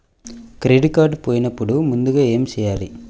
Credit card పోయినపుడు ముందుగా ఏమి చేయాలి?